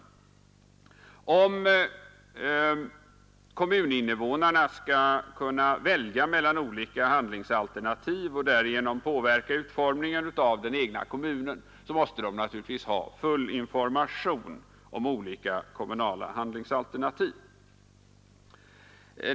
Om kommuninvånarna skall kunna välja mellan olika handlingsalternativ och därigenom påverka utformningen av den egna kommunen måste de naturligtvis ha full information om olika kommunala handlingsalternativ.